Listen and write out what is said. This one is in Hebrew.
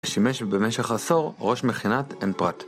שימש במשך עשור ראש מכינת עין-פרת